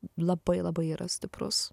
labai labai yra stiprus